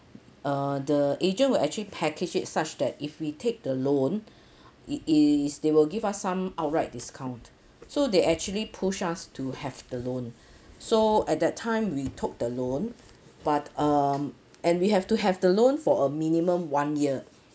err the agent will actually package it such that if we take the loan it is they will give us some outright discount so they actually push us to have the loan so at that time we took the loan but um and we have to have the loan for a minimum one year